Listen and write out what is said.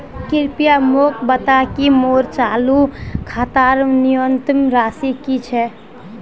कृपया मोक बता कि मोर चालू खातार न्यूनतम राशि की छे